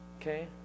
okay